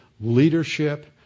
leadership